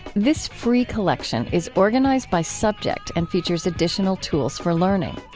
this free collection is organized by subject and features additional tools for learning.